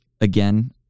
again